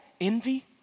envy